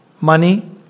money